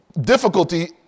difficulty